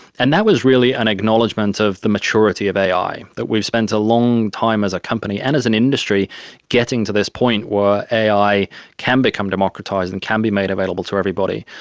and that was really an acknowledgement of the maturity of ai, that we've spent a long time as a company and as an industry getting to this point where ai can become democratised and can be made available to everybody.